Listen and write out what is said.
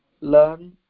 learn